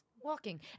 walking